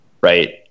right